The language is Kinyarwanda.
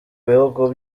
bihugu